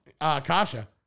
Kasha